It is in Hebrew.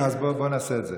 אז בוא נעשה את זה.